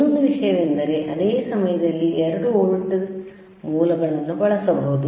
ಇನ್ನೊಂದು ವಿಷಯವೆಂದರೆ ಅದೇ ಸಮಯದಲ್ಲಿ 2 ವೋಲ್ಟೇಜ್ ಮೂಲಗಳನ್ನು ಬಳಸಬಹುದು